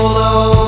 low